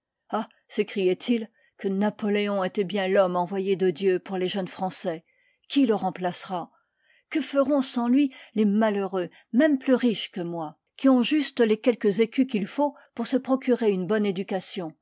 ah sécriat il que napoléon était bien l'homme envoyé de dieu pour les jeunes français qui le remplacera que feront sans lui les malheureux même plus riches que moi qui ont juste les quelques écus qu'il faut pour se procurer une bonne éducation